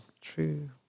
true